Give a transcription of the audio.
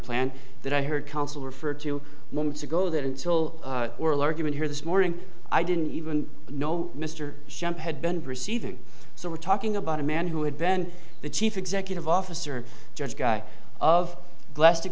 plan that i heard counsel referred to moments ago that until given here this morning i didn't even know mr schempp had been receiving so we're talking about a man who had ben the chief executive officer judge guy of blessed